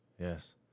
Yes